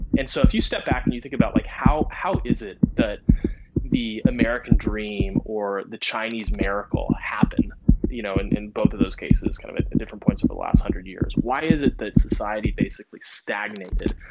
and so if you step back and you think about like how how is it that the american dream or the chinese miracle happen you know and in both of those cases? kind of at different points over the last hundred years. why is it that society basically stagnated?